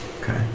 Okay